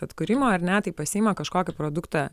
atkūrimo ar ne tai pasiima kažkokį produktą